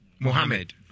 Mohammed